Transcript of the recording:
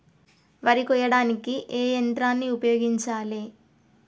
వరి కొయ్యడానికి ఏ యంత్రాన్ని ఉపయోగించాలే?